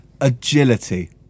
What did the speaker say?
agility